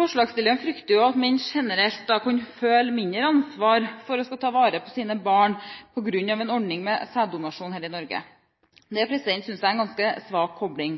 Forslagsstillerne frykter at menn generelt kan føle mindre ansvar for å ta vare på sine barn på grunn av en ordning med sæddonasjon her i Norge. Det synes jeg er en ganske svak kobling.